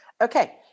Okay